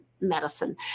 medicine